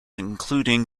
including